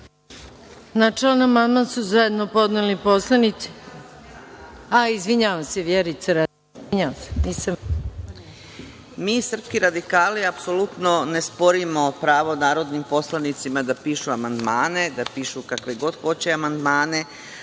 Mi, srpski radikali, apsolutno ne sporimo pravo narodnim poslanicima da pišu amandmane, da pišu kakve god hoće amandmani,